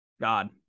God